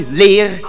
leer